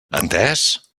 entès